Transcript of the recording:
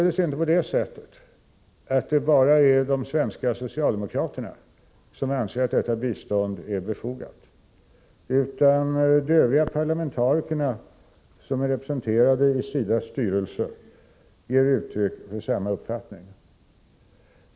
Det är således inte bara de svenska socialdemokraterna som anser att detta bistånd är befogat, utan parlamentarikerna från övriga partier som är representerade i SIDA:s styrelse ger uttryck för samma uppfattning.